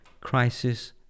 crisis